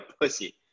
pussy